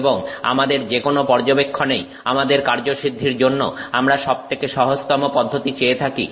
এবং আমাদের যেকোনো পর্যবেক্ষণেই আমাদের কার্যসিদ্ধির জন্য আমরা সবথেকে সহজতম পদ্ধতি চেয়ে থাকি